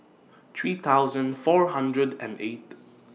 three thousand four hundred and eighth